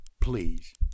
please